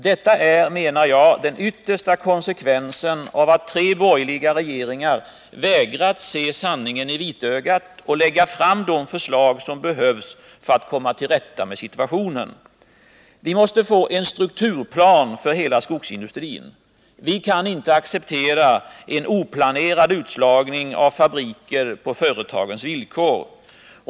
Detta är, enligt min mening, den yttersta konsekvensen av att tre borgerliga regeringar har vägrat att se sanningen i vitögat och lägga fram de förslag som behövs för att komma till rätta med situationen. Vi måste få en strukturplan för hela skogsindustrin. Vi kan inte acceptera en oplanerad utslagning av fabriker på företagens villkor.